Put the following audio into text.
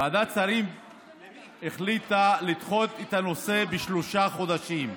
ועדת השרים החליטה לדחות את הנושא בשלושה חודשים.